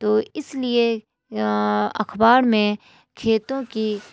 تو اس لیے اخبار میں کھیتوں کی